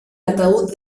ataúd